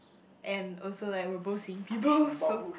and also like we're both seeing people so